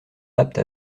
apte